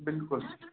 بِلکُل